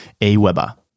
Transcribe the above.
Aweber